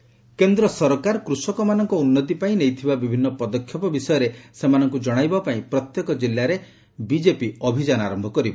BJP Kisan Morcha କେନ୍ଦ୍ର ସରକାର କୃଷକମାନଙ୍କ ଉନ୍ନତି ପାଇଁ ନେଇଥିବା ବିଭିନ୍ନ ପଦକ୍ଷେପ ବିଷୟରେ ସେମାନଙ୍କୁ ଜଣାଇବା ପାଇଁ ପ୍ରତ୍ୟେକ ଜିଲ୍ଲାରେ ବିଜେପି ଅଭିଯାନ ଆରମ୍ଭ କରିବ